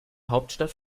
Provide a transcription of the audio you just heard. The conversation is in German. hauptstadt